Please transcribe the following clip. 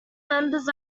members